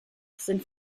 sind